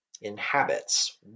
Inhabits